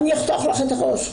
אני אחתוך לך את הראש.